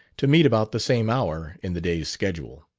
to meet about the same hour in the day's schedule.